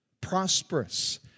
prosperous